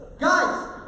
Guys